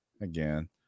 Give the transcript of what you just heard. Again